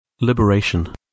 Liberation